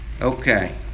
okay